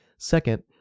Second